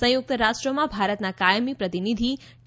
સંયુક્ત રાષ્ટ્રમાં ભારતના કાયમી પ્રતિનિધિ ટી